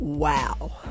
Wow